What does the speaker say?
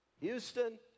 Houston